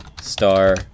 Star